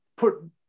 put